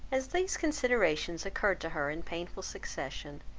as these considerations occurred to her in painful succession,